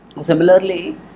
Similarly